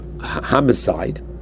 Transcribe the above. homicide